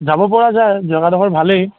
যাব পৰা যায় জগাডোখৰ ভালেই